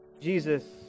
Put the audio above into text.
Jesus